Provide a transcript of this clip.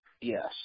Yes